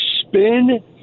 spin